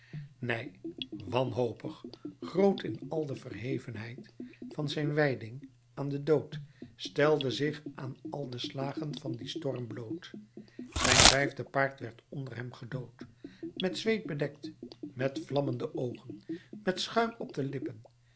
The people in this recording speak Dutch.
ney wanhopig groot in al de verhevenheid van zijn wijding aan den dood stelde zich aan al de slagen van dien storm bloot zijn vijfde paard werd onder hem gedood met zweet bedekt met vlammende oogen met schuim op de lippen